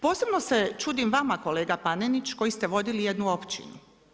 Posebno se čudim vama kolega Panenić, koji ste vodili jednu općinu.